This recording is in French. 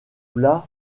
plat